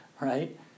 right